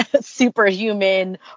superhuman